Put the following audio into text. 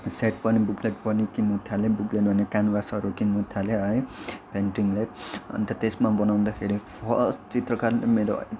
set पनि booklet पनि किन्नु थालेँ बुकलेट अनि क्यानभासहरू किन्न थालेँ है पेन्टिङलाई अन्त त्यसमा बनाउँदाखेरि फर्स्ट चित्रकारले मेरो